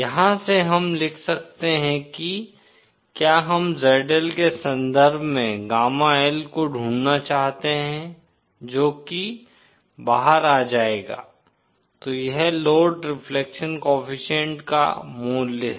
यहां से हम लिख सकते हैं कि क्या हम ZL के संदर्भ में गामा L को ढूंढना चाहते हैं जो कि बाहर आ जाएगा तो यह लोड रिफ्लेक्शन कोएफ़िशिएंट का मूल्य है